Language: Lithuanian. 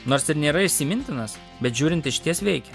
nors ir nėra įsimintinas bet žiūrint išties veikia